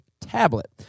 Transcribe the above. tablet